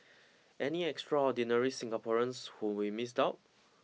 any extraordinary Singaporeans whom we missed out